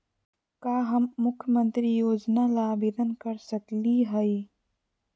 का हम मुख्यमंत्री योजना ला आवेदन कर सकली हई?